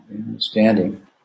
understanding